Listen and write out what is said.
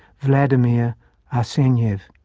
vladimir arsenyev.